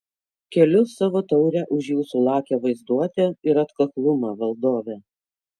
keliu savo taurę už jūsų lakią vaizduotę ir atkaklumą valdove